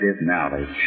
knowledge